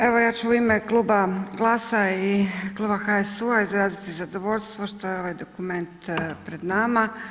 Evo ja ću u ime kluba GLAS-a i kluba HSU-a izraziti zadovoljstvo što je ovaj dokument pred nama.